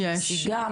יש נסיגה?